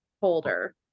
holder